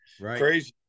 crazy